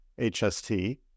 HST